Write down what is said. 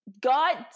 God